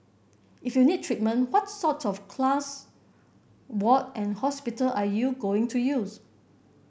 if you need treatment what's sort of class ward and hospital are you going to use